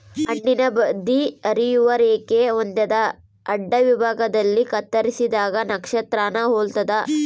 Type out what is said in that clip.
ಹಣ್ಣುನ ಬದಿ ಹರಿಯುವ ರೇಖೆ ಹೊಂದ್ಯಾದ ಅಡ್ಡವಿಭಾಗದಲ್ಲಿ ಕತ್ತರಿಸಿದಾಗ ನಕ್ಷತ್ರಾನ ಹೊಲ್ತದ